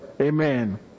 Amen